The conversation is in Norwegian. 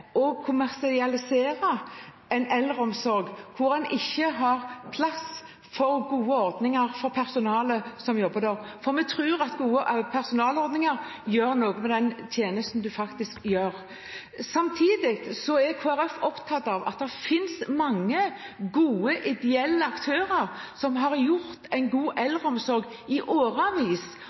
å kommersialisere eldreomsorgen, hvor en ikke har plass til gode ordninger for personalet som jobber der, for vi tror at gode personalordninger gjør noe med den tjenesten man faktisk gir. Samtidig er Kristelig Folkeparti opptatt av at det finnes mange gode ideelle aktører som har gitt en god eldreomsorg i